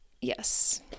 yes